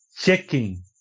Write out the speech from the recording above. checking